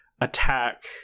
attack